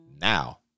Now